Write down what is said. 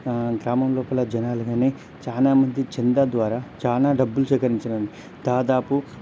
గ్రామం లోపల జనాలు గానీ చాలా మంది చందా ద్వారా చాలా డబ్బులు సేకరించడం దాదాపు